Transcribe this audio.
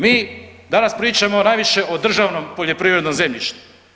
Mi danas pričamo najviše o državnom poljoprivrednom zemljištu.